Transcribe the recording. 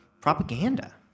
propaganda